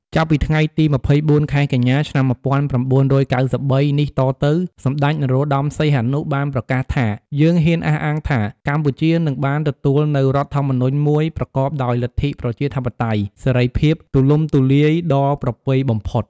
ចាប់ពីថ្ងៃទី២៤ ខែកញ្ញា ឆ្នាំ១៩៩៣ នេះតទៅ សម្តេច នរោត្តម សីហនុ បានប្រកាសថា យើងហ៊ានអះអាងថាកម្ពុជានឹងបានទទួលនូវរដ្ឋធម្មនុញ្ញមួយប្រកបដោយលទ្ធិប្រជាធិបតេយ្យ សេរីភាពទូលំទូលាយដ៏ប្រពៃបំផុត។